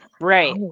Right